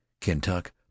Kentuck